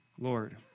Lord